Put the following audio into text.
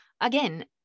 again